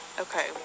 Okay